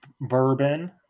bourbon